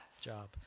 job